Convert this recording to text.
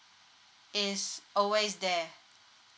is always there